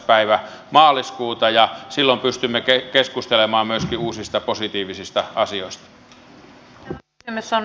päivä maaliskuuta ja silloin pystymme keskustelemaan myöskin uusista positiivista asioista